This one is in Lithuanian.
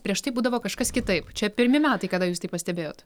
prieš tai būdavo kažkas kitaip čia pirmi metai kada jūs tai pastebėjot